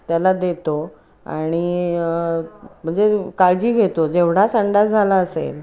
त्याला देतो आणि म्हणजे काळजी घेतो जेवढा संडास झाला असेल